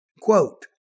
Quote